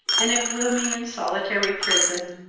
in a gloomy and solitary prison,